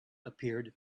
appeared